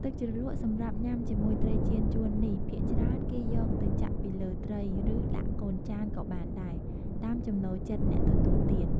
ទឹកជ្រលក់សម្រាប់ញ៉ាំជាមួយត្រីចៀនចួននេះ ភាគច្រើនគេយកទៅចាក់ពីលើត្រី ឬ ដាក់កូនចានក៏បានដែរ តាមចំណូលចិត្តអ្នកទទួលទាន។